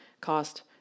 cost